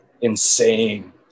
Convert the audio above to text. insane